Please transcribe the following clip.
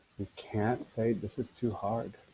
you can't say, this is too hard.